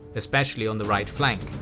especially on the right flank,